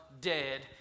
dead